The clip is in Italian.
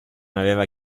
aveva